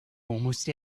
almost